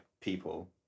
people